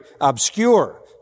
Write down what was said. obscure